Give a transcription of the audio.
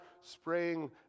spraying